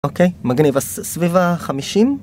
אוקיי, מגניב אז סביב ה... חמישים?